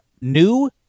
new